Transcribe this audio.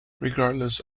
regardless